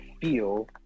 feel